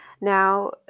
now